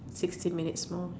sixteen minutes more